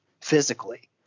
physically